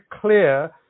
clear